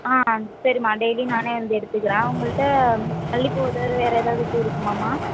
சரிம்மா டெய்லி நானே வந்து எடுத்துக்கிறேன் உங்கள்கிட்ட மல்லிகைப்பூ தவிர வேறு ஏதாவது பூ இருக்குமாம்மா